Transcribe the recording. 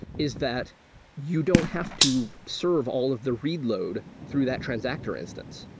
is that you don't have to serve all of the read load through that transactor instance.